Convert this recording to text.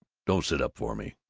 don't sit up for me.